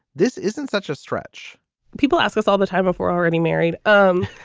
this isn't such a stretch people ask us all the time if we're already married. um